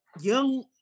young